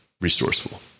resourceful